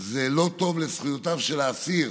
זה לא טוב לזכויותיו של האסיר